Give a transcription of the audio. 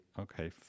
okay